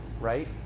right